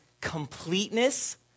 completeness